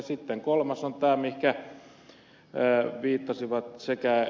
sitten kolmas on tämä mihinkä viittasivat sekä ed